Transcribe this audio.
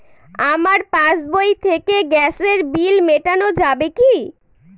আমার পাসবই থেকে গ্যাসের বিল মেটানো যাবে কি?